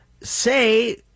say